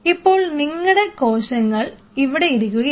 ഇപ്പോൾ നിങ്ങടെ കോശങ്ങൾ ഇവിടെ ഇരിക്കുകയാണ്